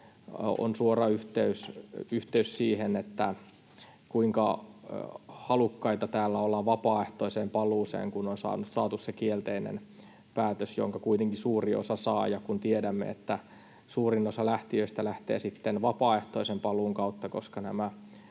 on suora yhteys siihen, kuinka halukkaita täällä ollaan vapaaehtoiseen paluuseen, kun on saatu se kielteinen päätös, jonka kuitenkin suuri osa saa. Tiedämme, että suurin osa lähtijöistä lähtee sitten vapaaehtoisen paluun kautta, koska nämä